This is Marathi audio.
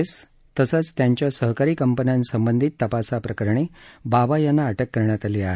एस तसंच त्याच्या सहकारी कंपन्यांसंबंधित तपासाप्रकरणी बावा यांना अटक करण्यात आली आहे